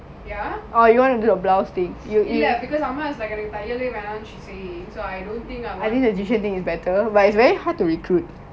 ரொம்ப சொல்லாதீங்க என்ன:romba solathinga enna